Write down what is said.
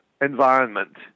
environment